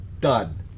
done